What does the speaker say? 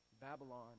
Babylon